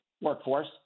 workforce